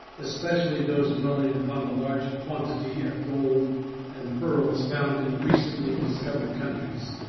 especially those dwelling upon the large quantity of gold and pearls found in the recently discovered countries,